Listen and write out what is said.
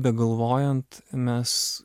begalvojant mes